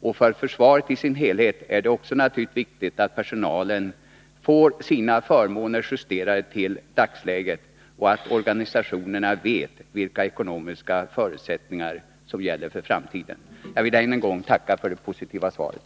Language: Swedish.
och för försvaret i dess helhet är det naturligtvis också viktigt att personalen får sina förmåner justerade till dagsläget och att organisationerna vet vilka ekonomiska förutsättningar som gäller för framtiden. Jag vill än en gång tacka för det positiva svaret.